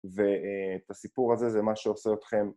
ואת הסיפור הזה זה מה שעושה אתכם